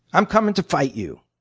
i'm coming to fight you.